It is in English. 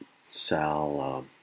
Sal